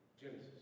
Genesis